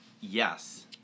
Yes